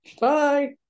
Bye